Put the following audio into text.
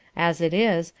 as it is,